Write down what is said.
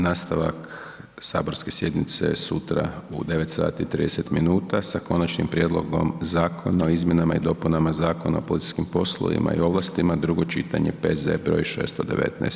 Nastavak saborske sjednice je sutra u 9,30h sa Konačnim prijedlogom Zakona o izmjenama i dopunama Zakona o policijskim poslovima i ovlastima, drugo čitanje, P.Z. br. 619.